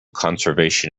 conservation